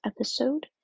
episode